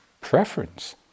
preference